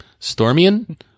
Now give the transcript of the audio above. Stormian